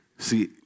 See